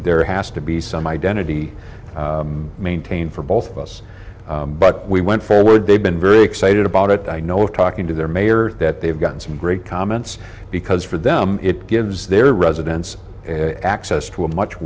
there has to be some identity maintained for both of us but we went forward they've been very excited about it i know talking to their mayor that they've gotten some great comments because for them it gives their residents access to a much